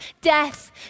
death